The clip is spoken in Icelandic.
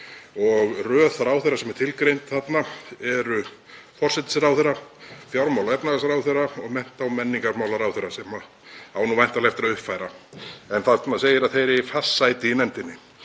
Röð ráðherra sem eru tilgreindir þarna eru forsætisráðherra, fjármála- og efnahagsráðherra og mennta- og menningarmálaráðherra, sem á væntanlega eftir að uppfæra. En þarna segir að þeir eigi fast sæti í nefndinni.